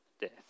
death